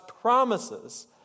promises